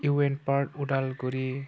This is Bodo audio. इउ एन पार्क उदालगुरि